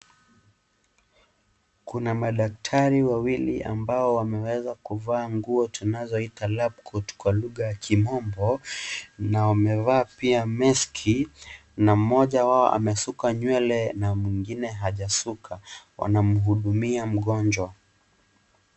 Kuna madaktari wawili ambao wameweza kuvaa nguo tunazoita labcoat kwa lugha ya kimombo na wamevaa pia maski na mmoja amesuka nywele na mwingine hajasuka. Wanamhudumia mgonjwa.